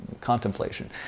contemplation